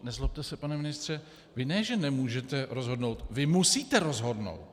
Nezlobte se, pane ministře, vy ne že nemůžete rozhodnout, vy musíte rozhodnout!